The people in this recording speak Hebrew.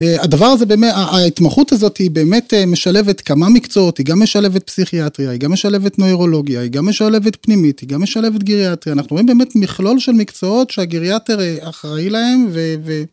הדבר הזה, התמחות הזאת היא באמת משלבת כמה מקצועות, היא גם משלבת פסיכיאטריה, היא גם משלבת נוירולוגיה, היא גם משלבת פנימית, היא גם משלבת גריאטריה, אנחנו רואים באמת מכלול של מקצועות שהגריאטר אחראי להם.